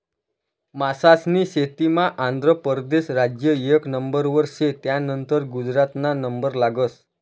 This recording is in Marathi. मासास्नी शेतीमा आंध्र परदेस राज्य एक नंबरवर शे, त्यानंतर गुजरातना नंबर लागस